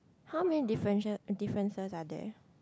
how many difference~ differences are there